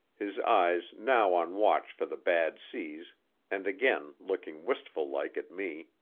his eyes now on watch for the bad seas and again looking wistful-like at me.